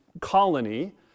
colony